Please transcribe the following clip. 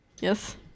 yes